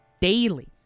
daily